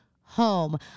home